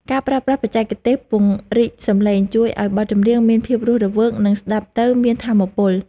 ការប្រើប្រាស់បច្ចេកទេសពង្រីកសំឡេងជួយឱ្យបទចម្រៀងមានភាពរស់រវើក និង ស្ដាប់ទៅមានថាមពល។